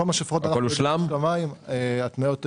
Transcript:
בכל מה שאנחנו יודעים ברשות המים, ההתניות מולאו.